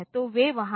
तो वे वहाँ हैं